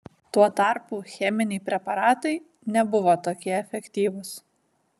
tuo tarpu cheminiai preparatai nebuvo tokie efektyvūs